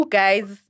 guys